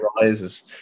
rises